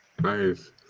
Nice